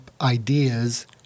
ideas